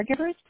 caregivers